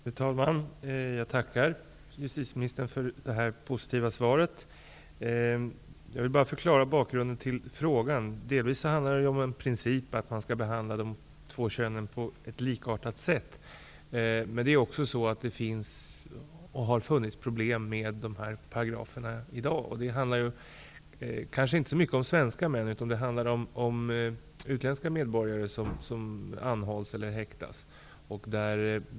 Fru talman! Jag tackar justitieministern för det här positiva svaret. Jag vill bara förklara bakgrunden till frågan. Delvis handlar frågan om en princip. Man skall behandla de två könen på likartat sätt. Men det finns och har också funnits problem med de här paragraferna. Det handlar kanske inte så mycket om svenska män, utan det handlar om utländska medborgare som anhålls eller häktas.